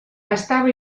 estava